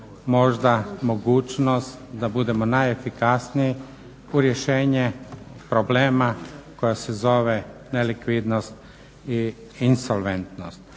možda mogućnost da budemo efikasniji u rješenje problema koja se zove nelikvidnost i insolventnost.